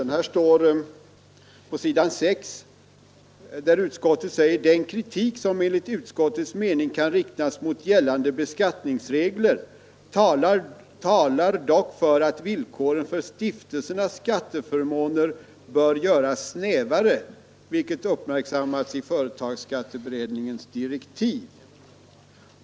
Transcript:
Utskottet skriver på s. 6 i betänkandet: ”Den kritik som enligt utskottets mening kan riktas mot gällande beskattningsregler talar dock för att villkoren för stiftelsernas skatteförmåner bör göras snävare, vilket också uppmärksammats i atteberedningens direktiv.